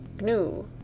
gnu